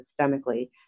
systemically